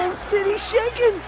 city's shaking!